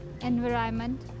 environment